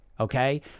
Okay